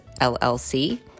LLC